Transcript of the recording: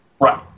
right